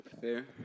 Fair